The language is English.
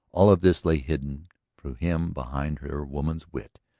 all of this lay hidden to him behind her woman's wit.